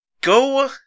Go